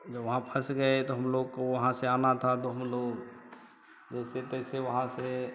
जब वहाँ फंस गए तो हम लोग को वहाँ से आना था तो हम लोग जैसे तैसे वहाँ से